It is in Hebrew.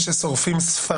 אני אומר לשתי הרשויות,